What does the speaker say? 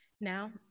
now